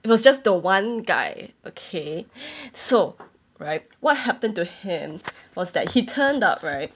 it was just the one guy okay so right what happened to him was that he turned up right